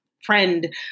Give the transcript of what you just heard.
friend